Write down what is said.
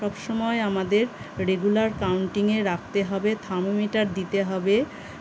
সব সময় আমাদের রেগুলার কাউন্টিংয়ে রাখতে হবে থার্মোমিটার দিতে হবে